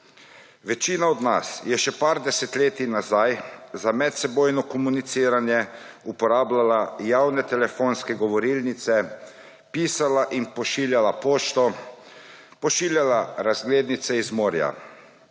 Večina od nas je še nekaj desetletij nazaj za medsebojno komuniciranje uporabljala javne telefonske govorilnice, pisala in pošiljala pošto, pošiljala razglednice z morja.